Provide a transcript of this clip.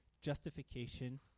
justification